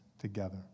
together